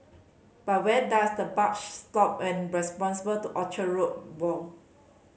but where does the buck stop and responsible to Orchard Road woe